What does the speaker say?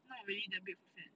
not really that big a fan